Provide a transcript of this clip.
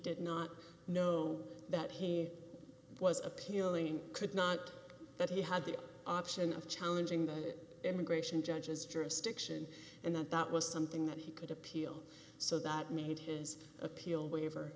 did not know that he was appealing could not that he had the option of challenging the immigration judges jurisdiction and that that was something that he could appeal so that made his appeal waiver